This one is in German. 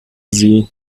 sie